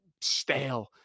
stale